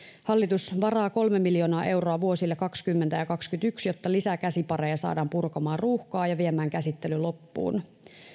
hallitus varaa kolme miljoonaa euroa vuosille kaksikymmentä ja kaksikymmentäyksi jotta lisää käsipareja saadaan purkamaan ruuhkaa ja viemään käsittely loppuun